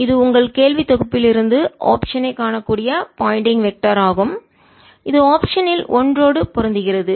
இது உங்கள் கேள்வி தொகுப்பிலிருந்து ஆஃப்ஷன் ஐ காணக்கூடிய பாயிண்டிங் வெக்டர் திசையன் ஆகும் இது ஆப்ஷன் ல் விருப்பங்களில் ஒன்றோடு பொருந்துகிறது